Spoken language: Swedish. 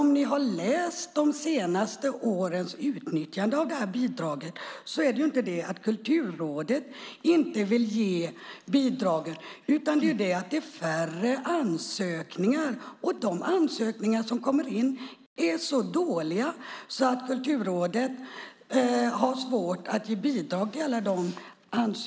Om ni hade läst det senaste årets utnyttjande av bidraget hade ni nämligen sett att det inte är det att Kulturrådet inte vill ge bidragen, utan det är färre ansökningar. Och de ansökningar som kommer in är så dåliga att Kulturrådet har svårt att ge bidrag till alla.